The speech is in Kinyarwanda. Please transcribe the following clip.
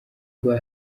rwa